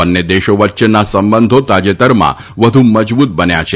બંને દેશો વચ્ચેના સંબંધો તાજેતરમાં વધુ મજબૂત બન્યા છે